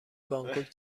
بانکوک